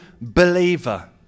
believer